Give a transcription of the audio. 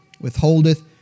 Withholdeth